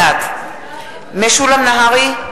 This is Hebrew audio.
בעד משולם נהרי,